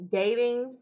dating